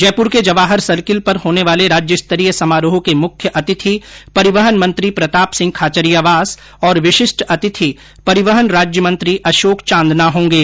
जयपुर के जवाहर सर्किल पर होने वाले राज्य स्तरीय समारोह के मुख्य अतिथि परिवहन मंत्री प्रताप सिंह खाचरियावास और विशिष्ट अतिथि परिवहन राज्यमंत्री अशोक चांदना होंगे